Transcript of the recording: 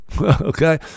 okay